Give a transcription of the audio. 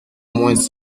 moins